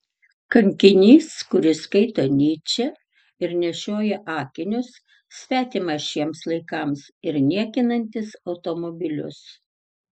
kankinys kuris skaito nyčę ir nešioja akinius svetimas šiems laikams ir niekinantis automobilius